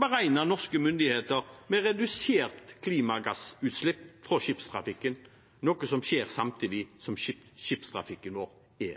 beregner norske myndigheter med reduserte klimagassutslipp fra skipstrafikken, noe som skjer samtidig som at skipstrafikken vår er